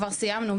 כבר סיימנו,